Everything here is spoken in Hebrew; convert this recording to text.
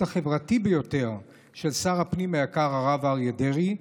החברתי ביותר של שר הפנים היקר הרב אריה דרעי,